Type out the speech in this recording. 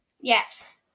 Yes